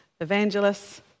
evangelists